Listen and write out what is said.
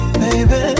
baby